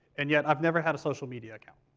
and yet, i've never had a social media account.